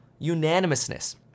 unanimousness